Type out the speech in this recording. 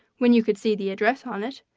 when you could see the address on it,